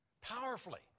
powerfully